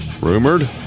Rumored